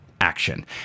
action